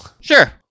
Sure